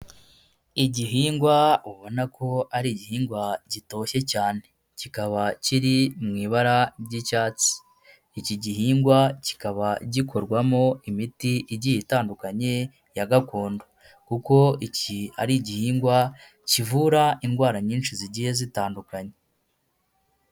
Igihingwa ubona ko ari igihingwa gitoshye cyane, kikaba kiri mu ibara ry'icyatsi, iki gihingwa kikaba gikorwamo imiti igiye itandukanye ya gakondo, kuko iki ari igihingwa kivura indwara nyinshi zigiye zitandukanye.